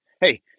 Hey